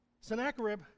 Sennacherib